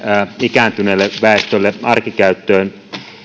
ikääntyneelle väestölle arkikäyttöön ei